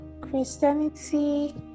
Christianity